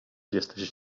jesteś